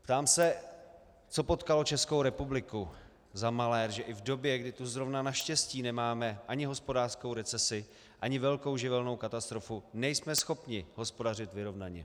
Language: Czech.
Ptám se, co potkalo Českou republiku za malér, že i v době, kdy tu zrovna naštěstí nemáme ani hospodářskou recesi, ani velkou živelní katastrofu, nejsme schopni hospodařit vyrovnaně.